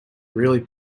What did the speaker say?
really